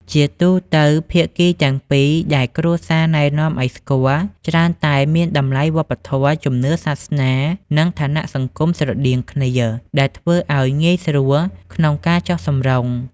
ជាទូទៅ ភាគីទាំងពីរដែលគ្រួសារណែនាំឱ្យស្គាល់ ច្រើនតែមានតម្លៃវប្បធម៌ ជំនឿសាសនា និងឋានៈសង្គមស្រដៀងគ្នា ដែលធ្វើឱ្យងាយស្រួលក្នុងការចុះសម្រុង។